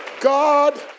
God